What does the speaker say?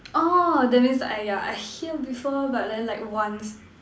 oh that means !aiya! I hear before but then like once